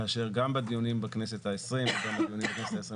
כאשר גם בדיונים בכנסת ה-20 וגם בדיונים בכנסת ב-23